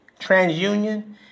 TransUnion